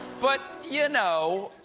but, you know,